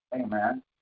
Amen